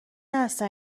هستن